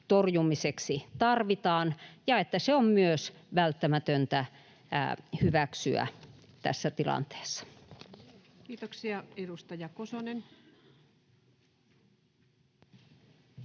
torjumiseksi tarvitaan ja että se on myös välttämätöntä hyväksyä tässä tilanteessa. [Speech 50] Speaker: